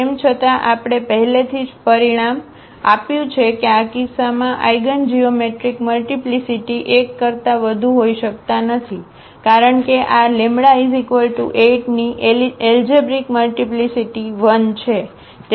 તેમ છતાં આપણે પહેલેથી જ પરિણામ આપ્યું છે કે આ કિસ્સામાં આઇગન જીઓમેટ્રિક મલ્ટીપ્લીસીટી 1 કરતા વધુ હોઈ શકતા નથી કારણ કે આ λ8 ની એલજેબ્રિક મલ્ટીપ્લીસીટી 1 છે